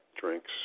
drinks